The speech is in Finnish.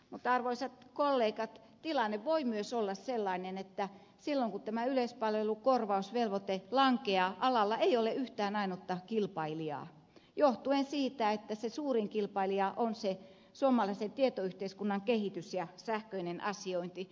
mutta arvoisat kollegat tilanne voi myös olla sellainen että silloin kun tämä yleispalvelukorvausvelvoite lankeaa alalla ei ole yhtään ainutta kilpailijaa johtuen siitä että se suurin kilpailija on se suomalaisen tietoyhteiskunnan kehitys ja sähköinen asiointi